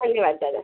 धन्यवाद दादा